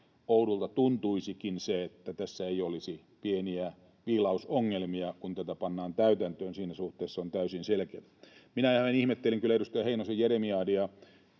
Oudolta tuntuisikin, että tässä ei olisi pieniä viilausongelmia, kun tätä pannaan täytäntöön. Siinä suhteessa se on täysin selkeää. Minä vähän ihmettelin kyllä edustaja Heinosen jeremiadia,